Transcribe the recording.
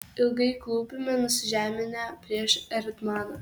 ilgai klūpime nusižeminę prieš erdmaną